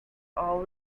all